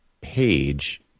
page